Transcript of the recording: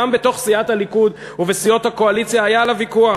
גם בתוך סיעת הליכוד ובסיעות הקואליציה היה עליו ויכוח.